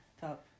top